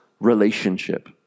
relationship